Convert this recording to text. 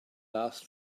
last